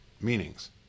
meanings